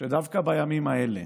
שדווקא בימים האלה,